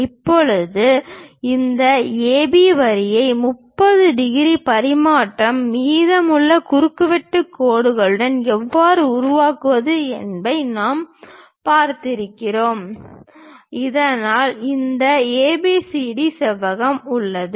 இப்போது இந்த ஏபி வரியை 30 டிகிரி பரிமாற்ற மீதமுள்ள குறுவட்டு கோடுகளுடன் எவ்வாறு உருவாக்குவது என்பதை நாம் பார்த்திருக்கிறோம் இதனால் இந்த ABCD செவ்வகம் உள்ளது